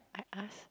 I asked